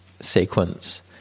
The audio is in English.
sequence